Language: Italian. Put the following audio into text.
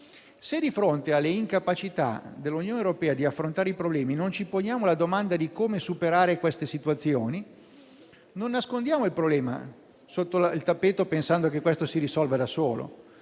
Se di fronte alle incapacità dell'Unione europea di affrontare i problemi non ci poniamo la domanda di come superare queste situazioni, stiamo nascondendo il problema sotto il tappeto, pensando che si risolva da solo.